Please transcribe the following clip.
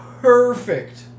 perfect